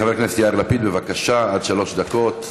חבר הכנסת יאיר לפיד, בבקשה, עד שלוש דקות.